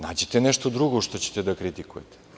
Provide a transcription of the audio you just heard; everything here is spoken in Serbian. Nađite nešto drugo što ćete da kritikujete.